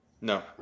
No